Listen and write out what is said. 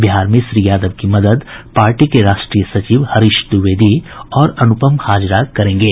बिहार में श्री यादव की मदद पार्टी के राष्ट्रीय सचिव हरीश द्विवेदी और अनुपम हाजरा करेंगे